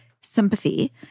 sympathy